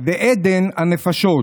ועדן הנפשות".